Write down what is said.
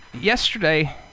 yesterday